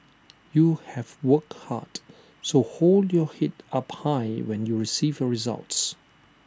you have work hard so hold your Head up high when you receive your results